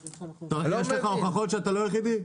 יש לך הוכחות שאתה לא היחידי?